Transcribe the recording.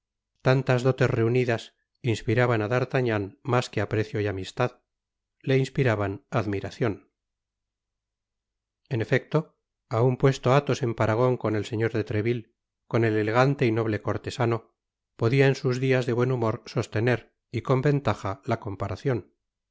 tas dotes reunidas inspiraban á d'artagnan mas que aprecio y amistad le inspiraban admiracion en efecto aun puesto athos en parangon con ei señor de treville con el elegante y noble cortesano podia en sus dias de buen humor sostener y con ventaja la comparacion